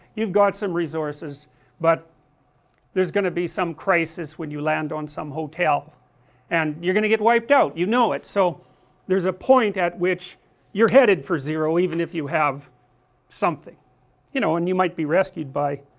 you've got some resources but there is going to be some crisis when you land on some hotel and you are going to get wiped out, you know it, so there is a point at which you're headed for zero even if you have something you know and you might be rescued by,